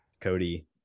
Cody